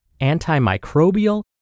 antimicrobial